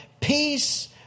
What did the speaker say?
Peace